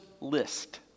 list